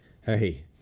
hey